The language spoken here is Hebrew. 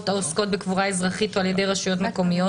העוסקות בקבורה אזרחית או על-ידי רשויות מקומיות.